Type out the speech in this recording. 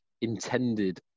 intended